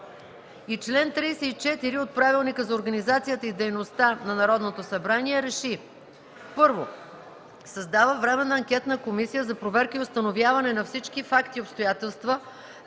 и чл. 34 от Правилника за организацията и дейността на Народното събрание РЕШИ: 1. Създава Временна анкетна комисия за проверка и установяване на всички факти и обстоятелства,